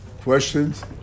Questions